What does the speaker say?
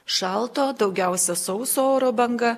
šalto daugiausia sauso oro banga